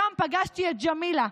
שם פגשתי את ג'מילה.